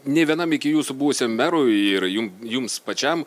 nė vienam iki jūsų buvusiam merui ir jum jums pačiam